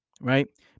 Right